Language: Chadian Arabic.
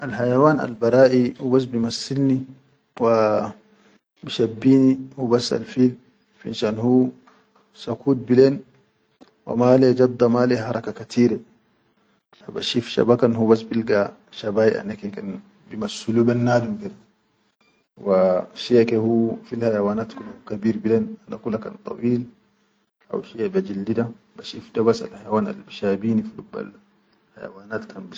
Al hayawan al baraʼi hubas bi massil ni wa bi shabbini hubas al fi finshan hu sakut bilen wa malayya jadda wa malayya haraka kateere haw bashif shaba kan hubas bilga shabayi ana ke kan bi massulu be nadum be wa shiyake fil hayawanat kula, kabir bilen ana kula kan dawil haw shiya be jildi da bashif dabas al hayawan bishabini fullubal hayawanat.